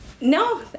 No